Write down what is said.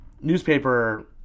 newspaper